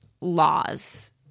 laws